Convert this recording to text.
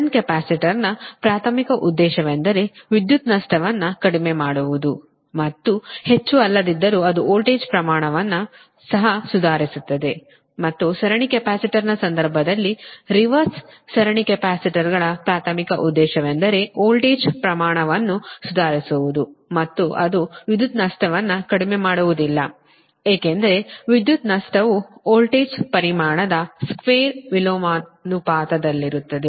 shunt ಕೆಪಾಸಿಟರ್ನ ಪ್ರಾಥಮಿಕ ಉದ್ದೇಶವೆಂದರೆ ವಿದ್ಯುತ್ ನಷ್ಟವನ್ನು ಕಡಿಮೆ ಮಾಡುವುದು ಮತ್ತು ಹೆಚ್ಚು ಅಲ್ಲದಿದ್ದರೂ ಅದು ವೋಲ್ಟೇಜ್ ಪ್ರಮಾಣವನ್ನು ಸಹ ಸುಧಾರಿಸುತ್ತದೆ ಮತ್ತು ಸರಣಿ ಕೆಪಾಸಿಟರ್ನ ಸಂದರ್ಭದಲ್ಲಿ ರಿವರ್ಸ್ ಸರಣಿ ಕೆಪಾಸಿಟರ್ಗಳ ಪ್ರಾಥಮಿಕ ಉದ್ದೇಶವೆಂದರೆ ವೋಲ್ಟೇಜ್ ಪ್ರಮಾಣವನ್ನು ಸುಧಾರಿಸುವುದು ಮತ್ತು ಅದು ವಿದ್ಯುತ್ ನಷ್ಟವನ್ನು ಕಡಿಮೆ ಮಾಡುವುದಿಲ್ಲ ಏಕೆಂದರೆ ವಿದ್ಯುತ್ ನಷ್ಟವು ವೋಲ್ಟೇಜ್ ಪರಿಮಾಣದ ಸ್ಕ್ವೇರ್ ವಿಲೋಮಾನುಪಾತದಲ್ಲಿರುತ್ತದೆ